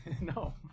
No